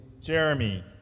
Jeremy